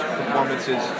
performances